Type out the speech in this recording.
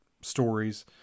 stories